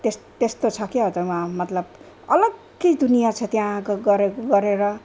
त्यस् त्यस्तो छ क्याउ त वहाँ मतलब अलग्गै दुनियाँ छ त्यहाँ गरेर